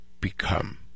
become